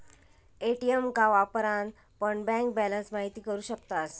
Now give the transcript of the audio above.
ATM का वापरान पण बँक बॅलंस महिती करू शकतास